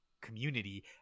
community